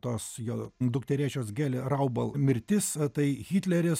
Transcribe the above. tos jo dukterėčios geli raubl mirtis tai hitleris